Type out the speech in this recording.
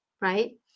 right